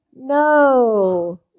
No